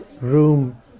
room